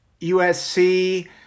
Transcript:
USC